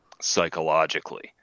psychologically